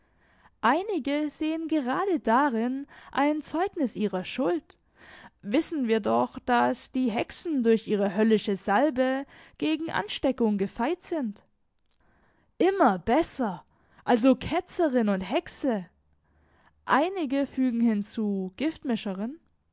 einige sehen gerade darin ein zeugnis ihrer schuld wissen wir doch daß die hexen durch ihre höllische salbe gegen ansteckung gefeit sind immer besser also ketzerin und hexe einige fügen hinzu